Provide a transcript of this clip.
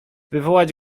wywołać